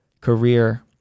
career